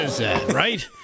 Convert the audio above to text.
Right